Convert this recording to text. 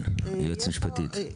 כן, היועצת המשפטית.